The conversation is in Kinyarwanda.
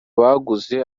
baguze